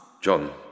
John